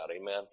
amen